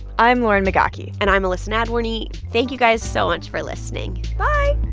i'm lauren migaki and i'm elissa nadworny. thank you guys so much for listening bye